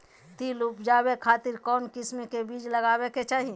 तिल उबजाबे खातिर कौन किस्म के बीज लगावे के चाही?